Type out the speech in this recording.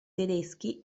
tedeschi